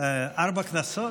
יותר מארבע כנסות,